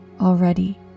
already